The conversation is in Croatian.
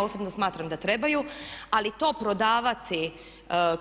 Osobno smatram da trebaju, ali to prodavati